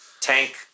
tank